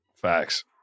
facts